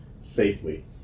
safely